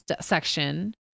section